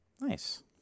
nice